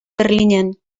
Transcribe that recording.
berlinen